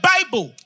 Bible